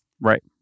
Right